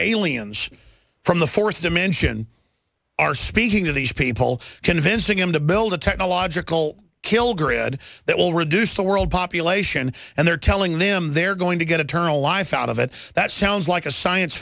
aliens from the fourth dimension are speaking to these people convincing them to build a technological kill grid that will reduce the world population and they're telling them they're going to get a terminal life out of it that sounds like a science